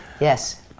Yes